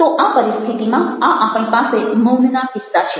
તો આ પરિસ્થિતિમાં આપણી પાસે મૌનના કિસ્સા છે